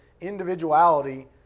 individuality